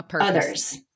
others